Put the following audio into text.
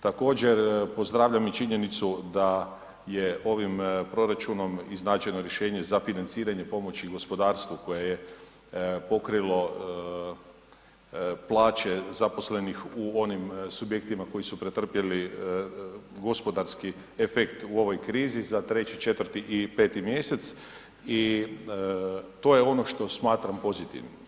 Također pozdravljam i činjenicu da je ovim proračunom iznađeno rješenje za financiranje pomoći gospodarstvu koje je pokrilo plaće zaposlenih u onim subjektima koji su pretrpjeli gospodarski efekt u ovoj krizi za 3., 4. i 5 mjesec i to je ono što smatram pozitivnim.